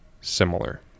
similar